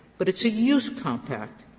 but it's a use compact,